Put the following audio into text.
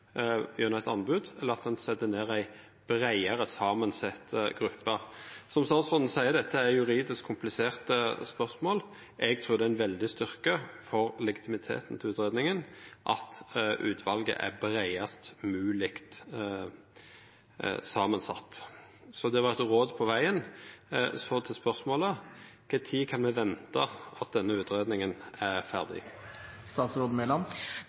gjennom eit anbod, eller at ein set ned ei breiare samansett gruppe. Som statsråden seier, er dette juridisk kompliserte spørsmål. Eg trur det er ein veldig styrke for legitimiteten til utgreiinga at utvalet er breiast mogleg sett saman. Det var eit råd på vegen. Så til spørsmålet: Når kan me venta at denne utgreiinga er